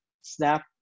Snap